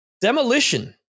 Demolition